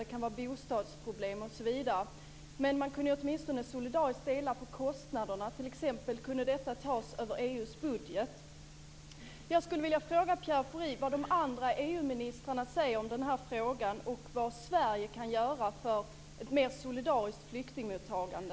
Det kan vara bostadsproblem, osv. Men man kunde ju åtminstone solidariskt dela på kostnaderna. Detta kunde t.ex. tas över EU:s budget. EU-ministrarna säger om den här frågan och vad Sverige kan göra för ett mer solidariskt flyktingmottagande.